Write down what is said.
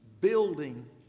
Building